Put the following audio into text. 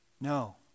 No